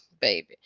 baby